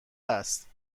است